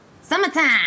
Summertime